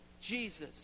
Jesus